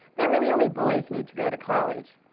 that really only boys need to go to college.